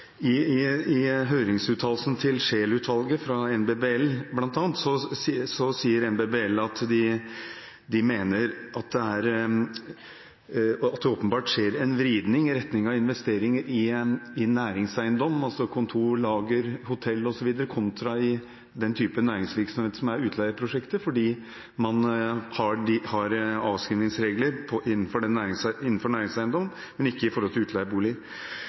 I høringsuttalelsen til Scheel-utvalget fra NBBL bl.a. sier NBBL at de mener at det åpenbart skjer en vridning i retning av investeringer i næringseiendom, kontor, lager, hotell osv., kontra den typen næringsvirksomhet som er utleieprosjekter fordi man har avskrivningsregler innenfor næringseiendom, men ikke på